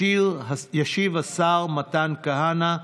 ישיב השר מתן כהנא.